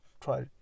try